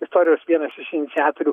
istorijos vienas iš iniciatorių